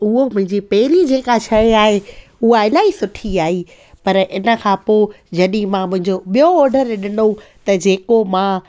उहो मुंहिंजी पहिरीं जेका शइ आहे उहो इलाही सुठी आई पर इन खां पोइ जॾहिं मां मुंहिंजो ॿियो ऑडर ॾिनो त जेको मां